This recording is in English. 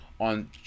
on